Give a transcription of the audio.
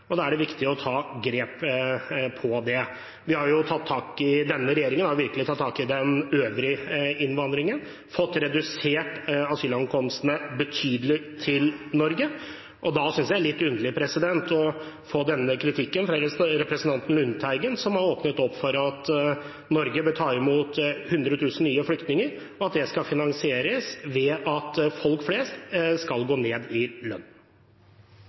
Da er det viktig å ta grep om det. Denne regjeringen har virkelig tatt tak i den øvrige innvandringen og fått redusert asylankomstene til Norge betydelig. Da synes jeg det er litt underlig å få denne kritikken fra representanten Lundteigen, som har åpnet opp for at Norge bør ta imot 100 000 nye flyktninger, og at det skal finansieres ved at folk flest skal gå ned i lønn.